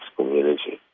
community